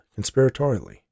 conspiratorially